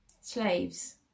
Slaves